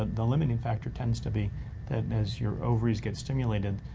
ah the limiting factor tends to be that as your ovaries get stimulated,